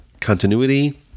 continuity